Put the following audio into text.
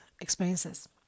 experiences